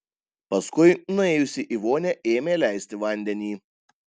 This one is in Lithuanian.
paskui nuėjusi į vonią ėmė leisti vandenį